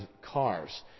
cars